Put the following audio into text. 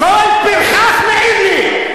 כל פרחח מעיר לי,